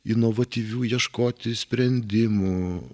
inovatyvių ieškoti sprendimų